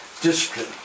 discipline